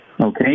Okay